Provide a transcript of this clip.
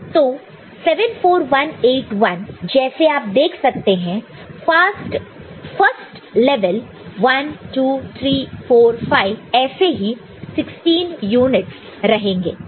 तो 74181 जैसे आप देख सकते हैं फर्स्ट लेवल 1 2 3 4 5 ऐसे ही 16 यूनिटस रहेंगे